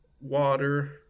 water